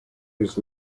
his